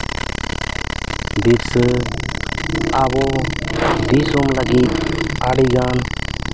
ᱵᱤᱨᱥᱟᱹ ᱟᱵᱚ ᱫᱤᱥᱚᱢ ᱞᱟᱹᱜᱤᱫ ᱟᱹᱰᱤ ᱜᱟᱱ